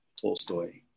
Tolstoy